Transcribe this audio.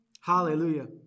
Hallelujah